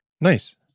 Nice